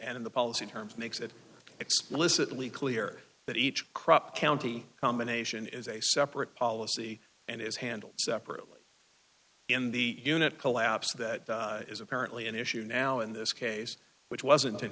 and in the policy terms makes it explicitly clear that each crop county combination is a separate policy and is handled separately in the unit collapse that is apparently an issue now in this case which wasn't an